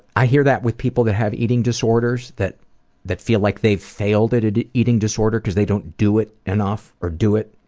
i hear that with people that have eating disorders, that that feel like they've failed at an eating disorder because they don't do it enough, or do it.